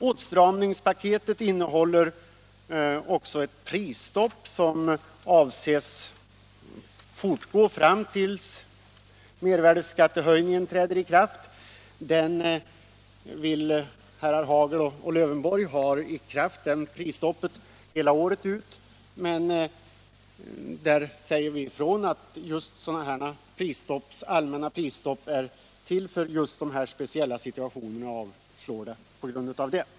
Åtstramningspaketet innehåller också ett prisstopp, och avsikten är att det skall gälla fram till dess mervärdeskattehöjningen träder i kraft. Herrar Hagel och Lövenborg vill ha prisstoppet i kraft hela året ut, men vi säger ifrån att just sådana här allmänna prisstopp är till för speciella situationer, och vi avstyrker motionsyrkandena på grund av det.